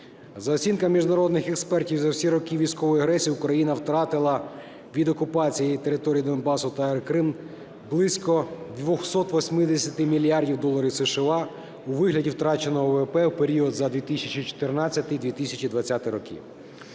За оцінками міжнародних експертів за всі роки військової агресії Україна втратила від окупації територій Донбасу та Криму близько 280 мільярдів доларів США у вигляді втраченого ВВП в період за 2014-2020 роки.